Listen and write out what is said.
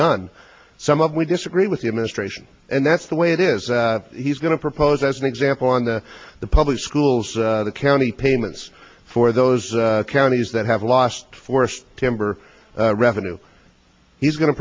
done some of we disagree with the administration and that's the way it is he's going to propose as an example on the the public schools the county payments for those counties that have lost forest timber revenue he's going to